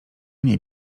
nie